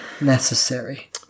necessary